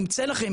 אם ייצא לכם,